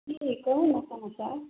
की कहू ने कोनो काज